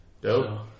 dope